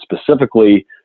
specifically